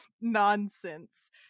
nonsense